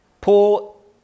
Paul